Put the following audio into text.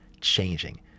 changing